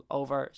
over